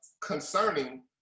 concerning